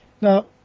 Now